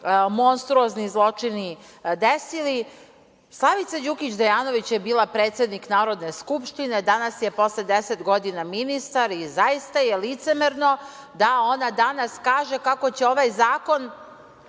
monstruozni zločini desili. Slavica Đukić Dejanović je bila predsednik Narodne skupštine, danas je, posle 10 godina, ministar i zaista je licemerno da ona danas kaže kako će ovaj zakon